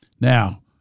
Now